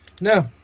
no